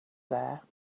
there